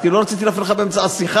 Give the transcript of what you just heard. אני לא רוצה להפריע לך באמצע השיחה,